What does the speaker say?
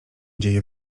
dzieje